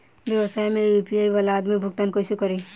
व्यवसाय में यू.पी.आई वाला आदमी भुगतान कइसे करीं?